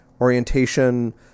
orientation